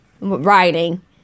Writing